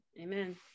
Amen